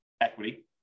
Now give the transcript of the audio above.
equity